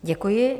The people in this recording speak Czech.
Děkuji.